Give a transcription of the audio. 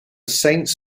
saints